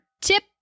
tip